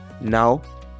Now